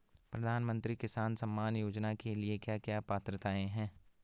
प्रधानमंत्री किसान सम्मान योजना के लिए क्या क्या पात्रताऐं हैं?